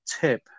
tip